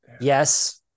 Yes